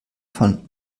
von